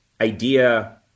idea